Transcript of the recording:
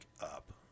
up